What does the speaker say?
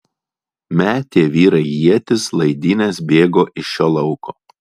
metė vyrai ietis laidynes bėgo iš šio lauko